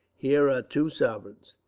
here are two sovereigns.